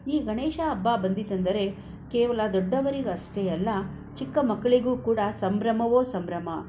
ಈ ಗಣೇಶ ಹಬ್ಬ ಬಂದಿತೆಂದರೆ ಕೇವಲ ದೊಡ್ಡವರಿಗಷ್ಟೇ ಅಲ್ಲ ಚಿಕ್ಕ ಮಕ್ಕಳಿಗೂ ಕೂಡ ಸಂಭ್ರಮವೋ ಸಂಭ್ರಮ